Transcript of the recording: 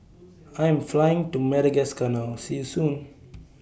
I Am Flying to Madagascar now See YOU Soon